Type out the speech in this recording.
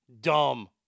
Dumb